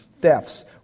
thefts